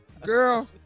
Girl